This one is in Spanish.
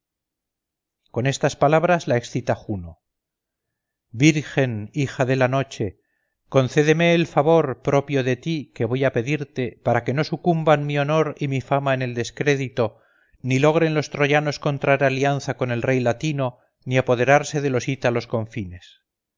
con estas palabras la excita juno virgen hija de la noche concédeme el favor propio de ti que voy a pedirte para que no sucumban mi honor y mi fama en el descrédito ni logren los troyanos contraer alianza con el rey latino ni apoderarse de los ítalos confines